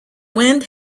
wind